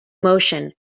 motion